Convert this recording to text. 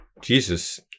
Jesus